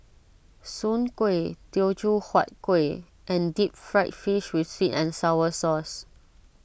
Soon Kueh Teochew Huat Kuih and Deep Fried Fish with Sweet and Sour Sauce